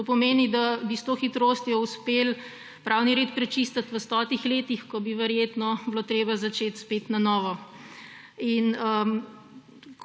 To pomeni, da bi s to hitrostjo uspeli pravni red prečistiti v stotih letih, ko bi verjetno bilo treba začeti spet na novo.